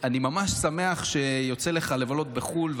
אני ממש שמח שיוצא לך לבלות בחו"ל,